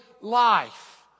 life